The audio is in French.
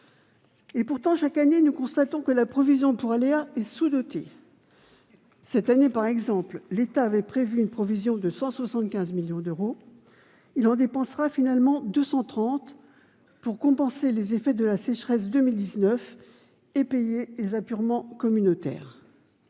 Pourtant, chaque année, nous constatons que la provision pour aléa est sous-dotée. Cette année, par exemple, l'État avait prévu une provision de 175 millions d'euros. Il en dépensera finalement 230 millions d'euros, pour compenser les effets de la sécheresse de 2019 et payer les apurements communautaires.